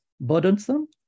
burdensome